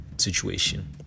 situation